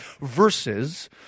Versus